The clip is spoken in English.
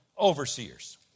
overseers